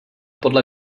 podle